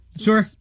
Sure